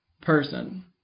person